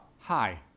hi